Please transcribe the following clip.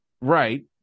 right